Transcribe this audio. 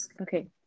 Okay